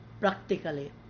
practically